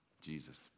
Jesus